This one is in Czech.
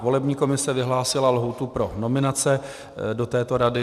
Volební komise vyhlásila lhůtu pro nominace do této rady.